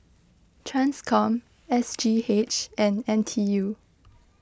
Transcom S G H and N T U